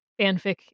fanfic